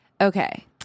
Okay